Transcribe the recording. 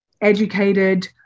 educated